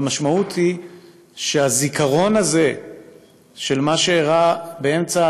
והמשמעות היא שהזיכרון הזה של מה שאירע באמצע